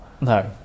no